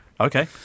Okay